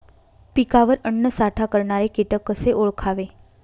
पिकावर अन्नसाठा करणारे किटक कसे ओळखावे?